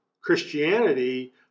Christianity